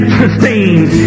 sustains